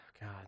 God